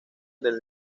del